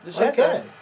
Okay